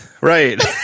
right